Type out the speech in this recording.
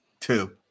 Two